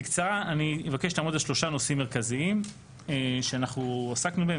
בקצרה אני אבקש לעמוד על שלושה נושאים מרכזיים שאנחנו עסקנו בהם,